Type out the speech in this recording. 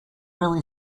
really